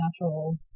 natural